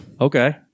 Okay